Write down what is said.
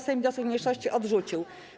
Sejm wniosek mniejszości odrzucił.